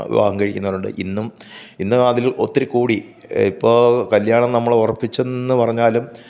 വിവാഹം കഴിക്കുന്നവരുണ്ട് ഇന്നും ഇന്ന് അതിൽ ഒത്തിരി കൂടി ഇപ്പോൾ കല്യാണം നമ്മൾ ഉറപ്പിച്ചെന്ന് പറഞ്ഞാലും